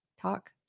Talk